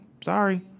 Sorry